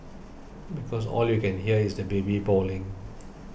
because all you can hear is the baby bawling